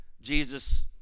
Jesus